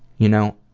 you know,